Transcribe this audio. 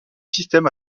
système